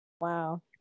Wow